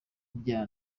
bya